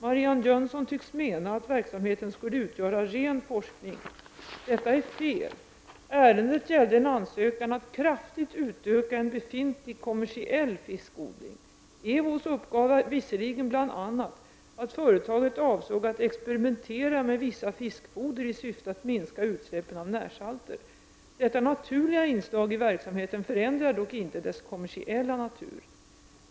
Marianne Jönsson tycks mena att verksamheten skulle utgöra ren forskning. Detta är fel. Ärendet gällde en ansökan om att kraftigt få utöka en befintlig kommersiell fiskodlning. Från Ewos uppgav man visserligen bl.a. att företaget avsåg att experimentera med vissa fiskfoder i syfte att minska utsläppen av närsalter. Detta naturliga inslag i verksamheten förändrar dock inte dess kommersiella natur.